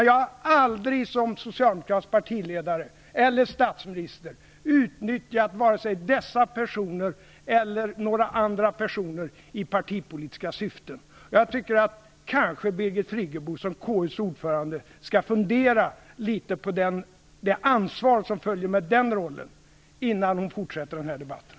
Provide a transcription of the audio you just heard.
Jag har dock aldrig, som socialdemokratisk partiledare eller som statsminister, utnyttjat vare sig dessa personer eller några andra personer i partipolitiska syften. Jag tycker att Birgit Friggebo som KU:s ordförande kanske skall fundera litet på det ansvar som följer med den rollen innan hon fortsätter den här debatten.